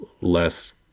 less